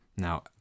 Now